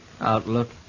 Outlook